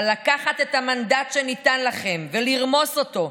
אבל לקחת את המנדט שניתן לכם ולרמוס אותו,